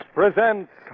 presents